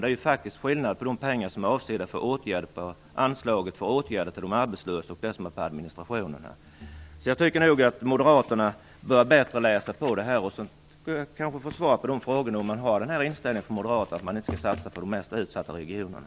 Det är faktiskt skillnad mellan de pengar som är avsedda för anslaget för åtgärder till de arbetslösa och de som är avsedda för administrationen. Jag tycker att moderaterna bättre bör läsa på det här ärendet. Sedan kan jag kanske få svar på frågan om moderaterna har inställningen att man inte skall satsa på de mest utsatta regionerna.